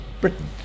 Britain